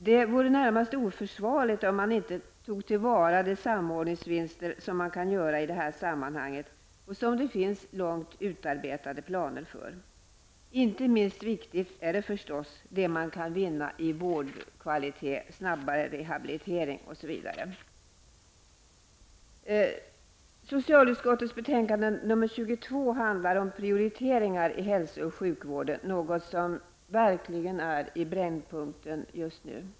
Det vore närmast oförsvarligt att inte ta till vara de samordningsvinster som man kan göra i det här sammanhanget och som det finns långt utarbetade planer för. Inte minst viktigt är förstås det man kan vinna i vårdkvalitet, snabbare rehabilitering, osv. Socialutskottets betänkande nr 22 handlar om prioriteringar i hälso och sjukvården, något som verkligen är i brännpunkten just nu.